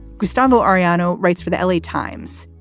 gustavo arellano writes for the l a. times.